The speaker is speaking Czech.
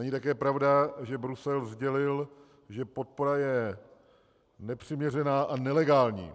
Není také pravda, že Brusel sdělil, že podpora je nepřiměřená a nelegální.